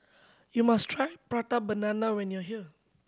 you must try Prata Banana when you are here